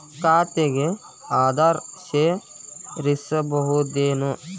ಖಾತೆಗೆ ಆಧಾರ್ ಸೇರಿಸಬಹುದೇನೂ?